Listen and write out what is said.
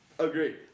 Agree